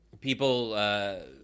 people